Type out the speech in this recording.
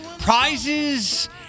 prizes